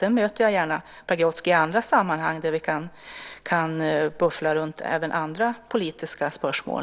Sedan möter jag gärna Pagrotsky i andra sammanhang, där vi kan buffla runt även andra politiska spörsmål.